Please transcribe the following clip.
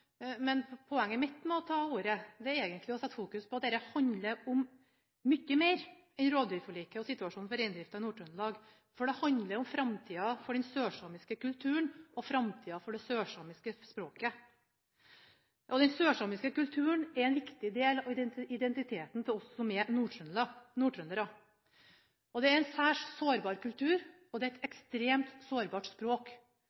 Poenget mitt med å ta ordet er egentlig å fokusere på at dette handler om mye mer enn rovdyrforliket og situasjonen for reindrifta i Nord-Trøndelag, for dette handler om framtida for den sørsamiske kulturen og framtida for det sørsamiske språket. Den sørsamiske kulturen er en viktig del av identiteten til oss som er nordtrøndere. Det er en særs sårbar kultur, og det er et